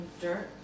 dirt